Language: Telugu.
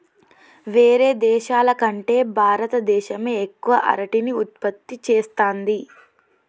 వేరే దేశాల కంటే భారత దేశమే ఎక్కువ అరటిని ఉత్పత్తి చేస్తంది